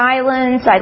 Islands